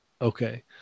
Okay